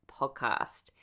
podcast